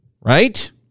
right